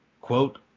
quote